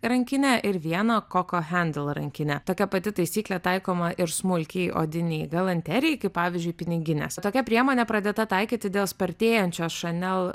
rankinę ir vieną koko hendl rankinę tokia pati taisyklė taikoma ir smulkiai odinei galanterijai kaip pavyzdžiui piniginės tokia priemonė pradėta taikyti dėl spartėjančios šanel